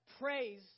praise